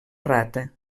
rata